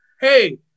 Hey